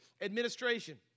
Administration